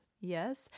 Yes